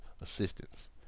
assistance